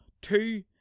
Two